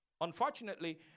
Unfortunately